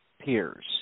peers